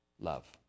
love